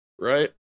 right